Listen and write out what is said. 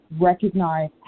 recognize